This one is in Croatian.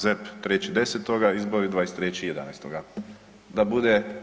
ZERP 3.10., izbori 23.11., da bude.